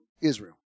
Israel